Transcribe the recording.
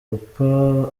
papa